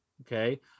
Okay